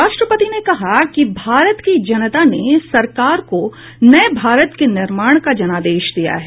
राष्ट्रपति ने कहा कि भारत की जनता ने सरकार को नये भारत के निर्माण का जनादेश दिया है